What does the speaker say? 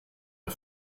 der